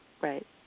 Right